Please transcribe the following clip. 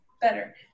better